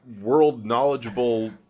world-knowledgeable